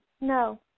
No